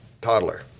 toddler